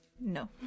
No